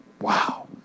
Wow